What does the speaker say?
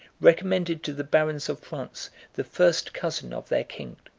recommended to the barons of france the first cousin of their king.